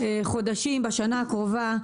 ובחודשים הקרובים, בשנה הקרובה,